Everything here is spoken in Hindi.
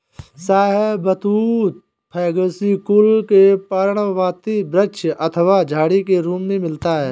शाहबलूत फैगेसी कुल के पर्णपाती वृक्ष अथवा झाड़ी के रूप में मिलता है